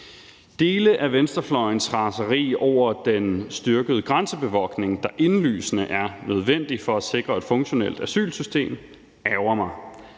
Dele af venstrefløjens raseri over den styrkede grænsebevogtning, der indlysende er nødvendig for at sikre et funktionelt asylsystem, ærgrer mig.